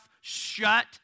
shut